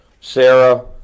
Sarah